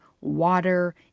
water